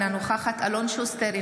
אינה נוכחת אלון שוסטר,